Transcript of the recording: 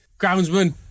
Groundsman